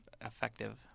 effective